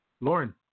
Lauren